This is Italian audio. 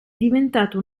diventato